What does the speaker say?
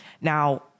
Now